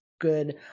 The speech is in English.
good